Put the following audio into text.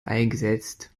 eingesetzt